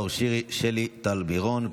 נאור שירי ושלי טל מירון,